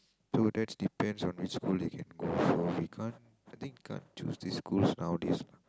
so that's depend on which school they can go for we can't I think can't choose these schools nowadays lah